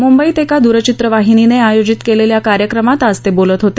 मुंबईत एका दूरचित्रवाहिनीने आयोजित केलेल्या कार्यक्रमात आज ते बोलत होते